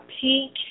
pink